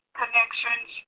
connections